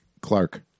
Clark